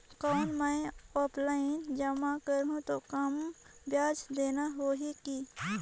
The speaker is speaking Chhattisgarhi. कौन मैं ऑफलाइन जमा करहूं तो कम ब्याज देना होही की?